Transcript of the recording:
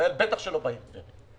בטח שלא בעיר הזאת.